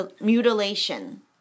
mutilation